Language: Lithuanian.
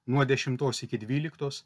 nuo dešimtos iki dvyliktos